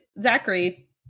Zachary